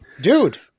dude